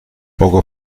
poco